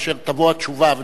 כאשר תבוא התשובה,